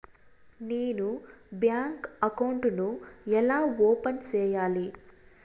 నేను bank account ను ఎలా ఓపెన్ సేయాలి?